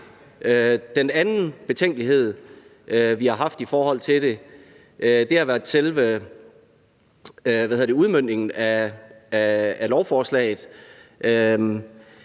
Den anden betænkelighed, vi har haft, har været med hensyn til selve udmøntningen af lovforslaget.